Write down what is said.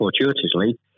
fortuitously